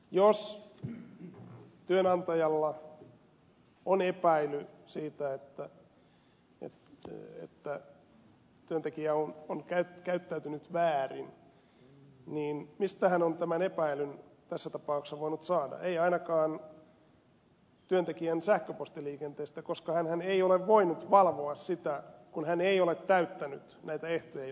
jos työnantajalla on epäily siitä että työntekijä on käyttäytynyt väärin niin mistä hän on tämän epäilyn tässä tapauksessa voinut saada ei ainakaan työntekijän sähköpostiliikenteestä koska hänhän ei ole voinut valvoa sitä kun hän ei ole täyttänyt näitä ehtoja jotka nyt säädetään